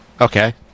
Okay